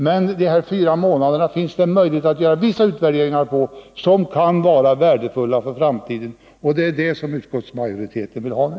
Men det finns vissa möjligheter att under de nu föreslagna fyra månaderna göra vissa utvärderingar som kan vara värdefulla för framtiden, och det är så utskottsmajoriteten vill ha det.